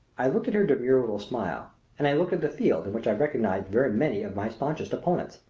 i looked at her demure little smile and i looked at the field in which i recognized very many of my staunchest opponents.